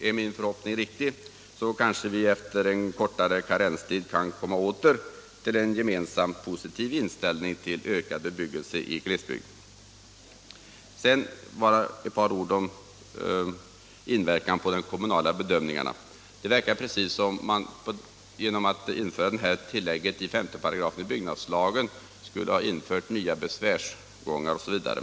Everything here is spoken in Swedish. Är min förhoppning riktig, så kan vi kanske efter en kortare karenstid komma åter till en gemensam positiv inställning till ökad bebyggelse i glesbygd. Sedan bara några ord om inverkan på de kommunala bedömningarna. Det verkar precis som om man genom detta tillägg i 5 § byggnadslagen skulle ha infört nya besvärsgångar osv.